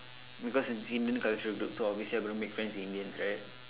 because it's Indian cultural group so obviously I will make friends with Indians right